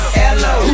hello